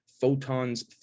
photons